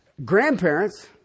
Grandparents